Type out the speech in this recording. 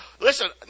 Listen